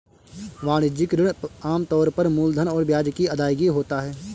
वाणिज्यिक ऋण आम तौर पर मूलधन और ब्याज की अदायगी होता है